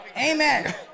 Amen